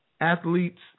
athletes